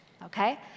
Okay